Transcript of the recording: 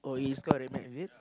oh it's called Red-Max is it